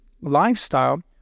lifestyle